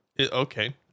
Okay